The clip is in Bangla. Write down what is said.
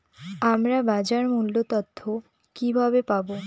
আমরা বাজার মূল্য তথ্য কিবাবে পাবো?